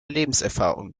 lebenserfahrung